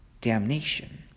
damnation